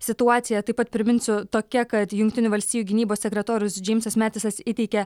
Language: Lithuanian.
situacija taip pat priminsiu tokia kad jungtinių valstijų gynybos sekretorius džeimsas metisas įteikė